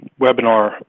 webinar